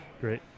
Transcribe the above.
Great